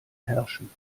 herrschen